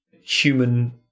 human